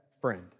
friend